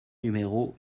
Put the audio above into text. numéro